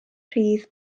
rhydd